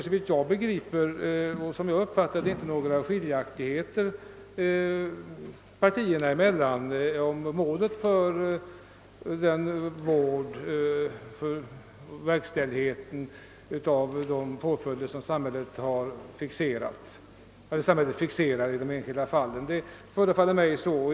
Såvitt jag förstår föreligger det inte några skiljaktigheter partierna emellan om målet för de påföljder som samhället fixerar i de enskilda fallen. Det förefaller mig så.